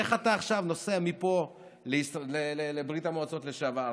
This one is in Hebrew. איך אתה עכשיו נוסע מפה לברית המועצות לשעבר,